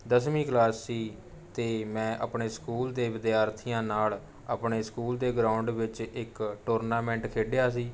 ਦਸਵੀਂ ਕਲਾਸ 'ਚ ਸੀ ਅਤੇ ਮੈਂ ਆਪਣੇ ਸਕੂਲ ਦੇ ਵਿੱਦਿਆਰਥੀਆਂ ਨਾਲ ਆਪਣੇ ਸਕੂਲ ਦੇ ਗਰਾਊਂਡ ਵਿੱਚ ਇੱਕ ਟੂਰਨਾਮੈਂਟ ਖੇਡਿਆ ਸੀ